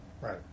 right